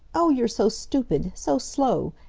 oh, you're so stupid! so slow!